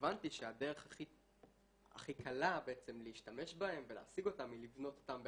והבנתי שהדרך הכי קלה להשתמש בהם ולהשיג אותם היא לבנות אותם בעצמי.